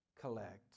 collect